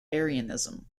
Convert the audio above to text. arianism